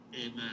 Amen